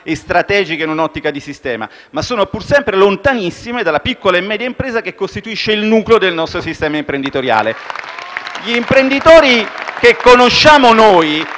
e strategiche in un'ottica di sistema, ma sono pur sempre lontanissime dalla piccola e media impresa che costituisce il nucleo del nostro sistema imprenditoriale. *(Applausi dai